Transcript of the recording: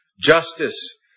Justice